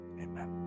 Amen